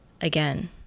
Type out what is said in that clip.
again